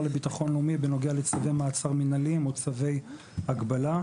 לביטחון לאומי בנוגע לצווי מעצר מנהליים או צווי הגבלה.